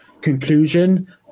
conclusion